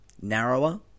narrower